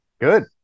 Good